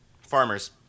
Farmers